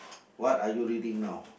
what are you reading now